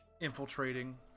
infiltrating